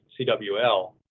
cwl